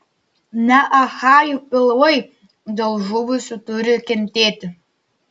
ne achajų pilvai dėl žuvusių turi kentėti